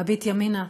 מביט ימינה,